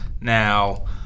Now